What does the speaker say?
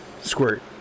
squirt